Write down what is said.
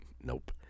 Nope